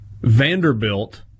Vanderbilt